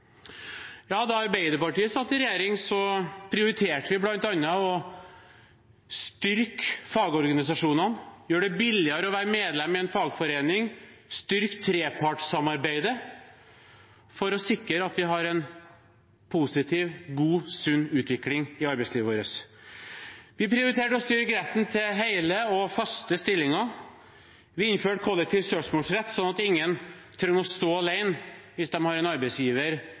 Da Arbeiderpartiet satt i regjering, prioriterte vi bl.a. å styrke fagorganisasjonene og gjøre det billigere å være medlem i en fagforening, og styrke trepartssamarbeidet, for å sikre at vi har en positiv, god og sunn utvikling i arbeidslivet vårt. Vi prioriterte å styrke retten til hele og faste stillinger. Vi innførte kollektiv søksmålsrett, slik at ingen trenger å stå alene hvis de har en arbeidsgiver